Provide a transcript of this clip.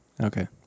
Okay